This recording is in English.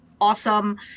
Awesome